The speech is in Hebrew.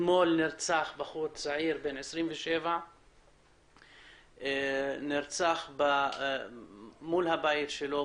אתמול נרצח בחור צעיר בן 27. נרצח מול הבית שלו,